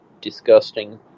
disgusting